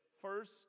first